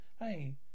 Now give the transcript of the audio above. Hey